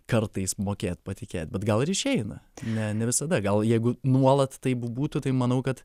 kartais mokėt patikėt bet gal ir išeina ne ne visada gal jeigu nuolat taip būtų tai manau kad